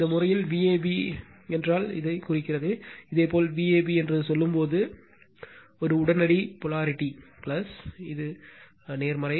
இந்த வழக்கில் Vab என்றால் இதைக் குறிக்கிறது இதேபோல் Vab என்று சொல்லும்போது இதேபோல் சொல்லும்போது ஒரு உடனடி போலாரிட்டி ஒரு நேர்மறை